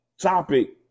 topic